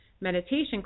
meditation